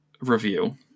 review